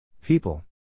People